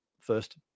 first